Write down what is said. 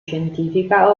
scientifica